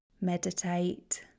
meditate